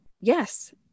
Yes